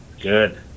good